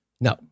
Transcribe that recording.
No